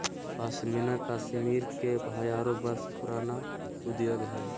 पश्मीना कश्मीर के हजारो वर्ष पुराण उद्योग हइ